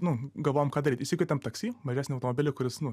nu galvojom ką daryt išsikvietėm taksi mažesnį automobilį kuris nu